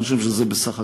אבל אני חושב שבסך הכול,